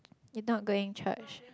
you not going church